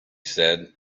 said